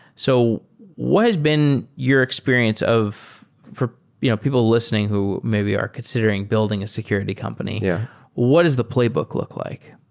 so what has been your experience for you know people listening who maybe are considering building a security company? yeah what is the playbook look like?